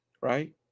Right